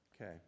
Okay